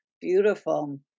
beautiful